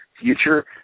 future